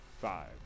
Five